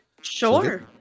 Sure